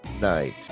night